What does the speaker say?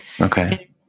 Okay